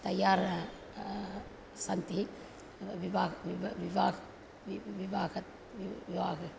तयार सन्ति विवा विव् विवाहः वि विवाहः वि विवाहः